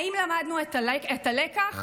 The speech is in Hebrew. האם למדנו את הלקח?